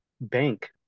bank